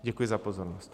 Děkuji za pozornost.